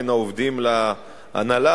בין העובדים להנהלה,